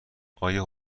آیا